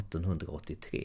1883-